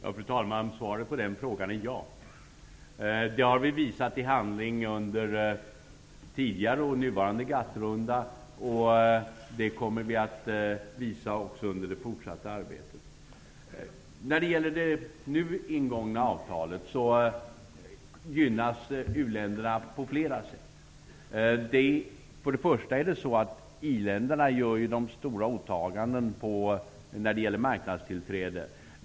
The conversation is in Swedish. Fru talman! Svaret på den frågan är ja. Det har vi visat i handling under såväl den tidigare som den nuvarande GATT-rundan. Det kommer vi att visa också under det fortsatta arbetet. När det gäller det nu ingångna avtalet gynnas u-länderna på flera sätt. För det första gör i-länderna stora åtaganden när det gäller marknadstillträde.